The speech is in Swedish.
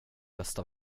bästa